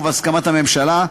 ובהסכמת הממשלה,